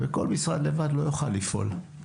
וכל משרד לבד לא יוכל לפעול.